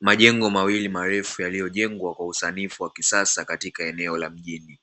Majengo mawili marefu yaliyojengwa kwa usanifu wa kisasa katika eneo la mjini.